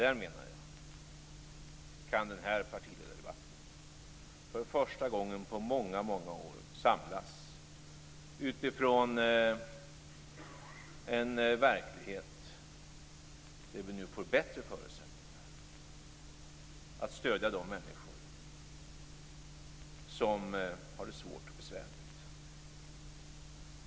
Där, menar jag, kan vi i den här partiledardebatten för första gången på många, många år samlas utifrån en verklighet där vi nu får bättre förutsättningar att stödja de människor som har det svårt och besvärligt.